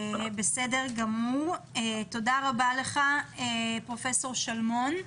תודה רבה לך פרופ' שלמון.